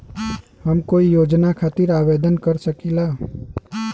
हम कोई योजना खातिर आवेदन कर सकीला?